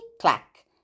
clack